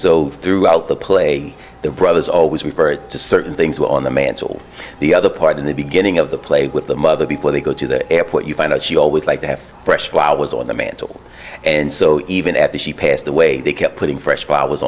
so throughout the play the brothers always referred to certain things were on the mantle the other part in the beginning of the play with the mother before they go to the airport you find out she always liked to have fresh flowers on the mantle and so even after she passed away they kept putting